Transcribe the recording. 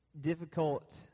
difficult